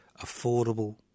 affordable